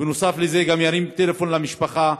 ובנוסף לזה ירים טלפון למשפחה,